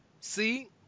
see